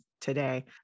today